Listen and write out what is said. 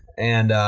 and.